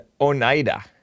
Oneida